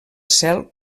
cel